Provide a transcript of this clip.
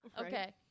Okay